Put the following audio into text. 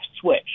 switch